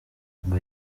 ngo